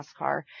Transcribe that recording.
NASCAR